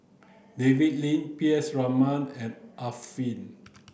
David Lim P S Raman and Arifin